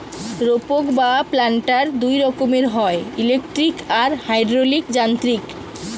রোপক বা প্ল্যান্টার দুই রকমের হয়, ইলেকট্রিক আর হাইড্রলিক যান্ত্রিক